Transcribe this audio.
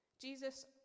Jesus